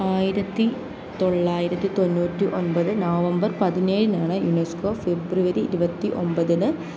ആയിരത്തി തൊള്ളായിരത്തി തൊണ്ണൂറ്റി ഒൻമ്പത് നവംബർ പതിനേഴാണ് യുണസ്കോ ഫെബ്രുവരി ഇരുപത്തി ഒമ്പതിന്